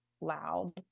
loud